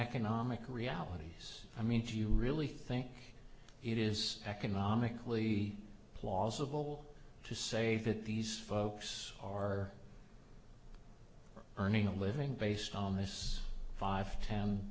economic realities i mean do you really think it is economically plausible to say that these folks are earning a living based on this five ten